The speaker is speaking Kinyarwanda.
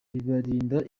bibarinda